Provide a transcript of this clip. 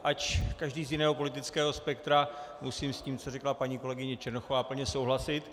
Ač každý z jiného politického spektra, musím s tím, co řekla paní kolegyně Černochová, plně souhlasit.